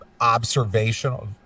observational